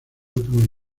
broadway